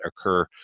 occur